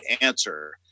answer